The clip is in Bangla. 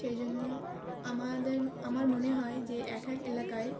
সেই জন্য আমাদের আমার মনে হয় যে এক এক এলাকায়